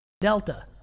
delta